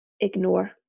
ignore